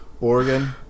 Oregon